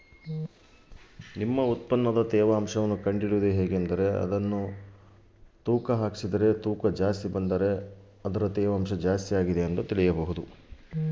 ನನ್ನ ಉತ್ಪನ್ನದ ತೇವಾಂಶ ಕಂಡು ಹಿಡಿಯುವುದು ಹೇಗೆ?